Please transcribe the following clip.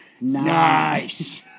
Nice